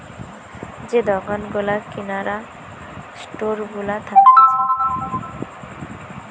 যে দোকান গুলা কিরানা স্টোর গুলা থাকতিছে